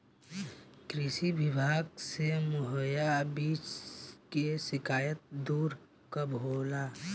कृषि विभाग से मुहैया बीज के शिकायत दुर कब होला?